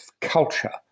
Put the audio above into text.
culture